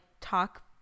talk